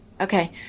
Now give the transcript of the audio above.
okay